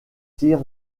tir